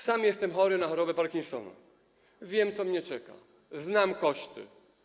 Sam jestem chory na chorobę Parkinsona i wiem, co mnie czeka, oraz znam tego koszty.